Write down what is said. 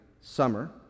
summer